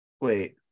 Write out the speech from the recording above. wait